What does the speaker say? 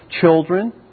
children